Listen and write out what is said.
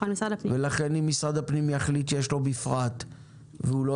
ולכן אם משרד הפנים יחליט שיש לו מפרט והוא לא